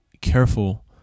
careful